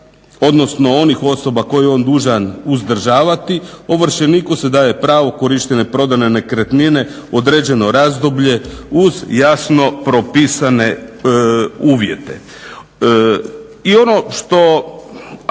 odnosno onih osoba koje je on dužan uzdržavati, ovršeniku se daje pravo korištenja prodane nekretnine određeno razdoblje uz jasno propisane uvjete. Ja mislim